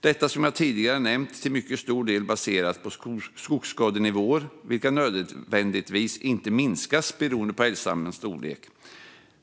Detta är som jag tidigare nämnt till mycket stor del baserat på skogsskadenivåerna, vilka inte nödvändigtvis minskar beroende på älgstammens storlek.